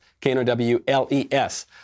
K-N-O-W-L-E-S